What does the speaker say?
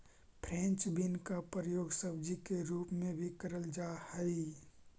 French bean का प्रयोग सब्जी के रूप में भी करल जा हई